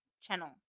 channel